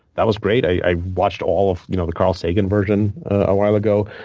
that was great. i watched all of you know the carl sagan version a while ago.